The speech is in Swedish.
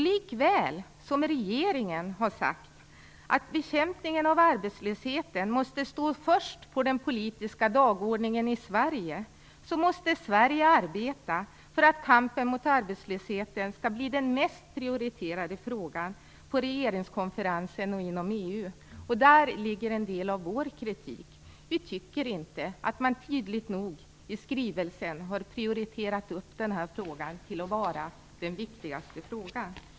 Lika väl som regeringen har sagt att bekämpningen av arbetslösheten måste stå först på den politiska dagordningen i Sverige, måste Sverige arbeta för att kampen mot arbetslösheten skall bli den mest prioriterade frågan på regeringskonferensen och inom EU. Där ligger en del av vår kritik. Vi tycker inte att man tydligt nog i skrivelsen har prioriterat den här frågan som den viktigaste frågan.